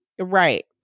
Right